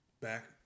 back